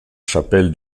chapelle